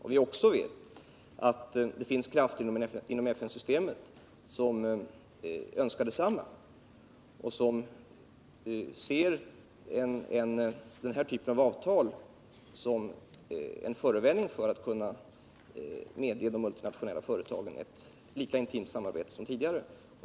Vi vet också att det inom FN-systemet finns krafter som önskar detsamma och som ser denna typ av avtal som en förevändning för att medge de multinationella företagen ett lika intimt samarbete som tidigare.